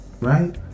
Right